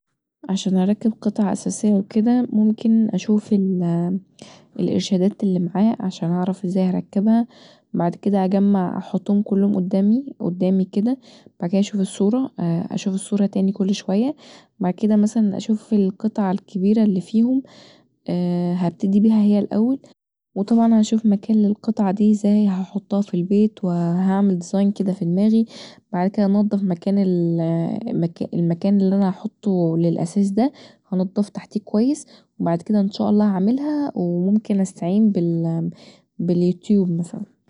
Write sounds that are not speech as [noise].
عشان اركب قطعه اساسيه وكدا ممكن اشوف الارشادات اللي معاه عشان اشوف ازاي اعرف اركبها وبعد كدا اجمع احطهم كلهم قدامي قدامي كدا وبعد كدا اشوف الصوره اشوف الصوره تاني كل شويه وبعد كدا مثلا اشوف القطعه الكبيره اللي فيهم [hesitation] هبتدي بيها هي الأول وطبعا هشوف مكان للقطعه دي لزاي هحطها في البيت وهعمل ديزاين كدا في دماغي وبعد كدا هنضف مكان المكان اللي هحطه للأثاث دا هنضف تحتيه كويس وبعد كدا ان شاء الله هعملها وممكن استعين باليوتيوب مثلا